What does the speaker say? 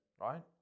right